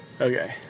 Okay